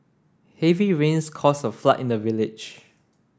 heavy rains cause a flood in the village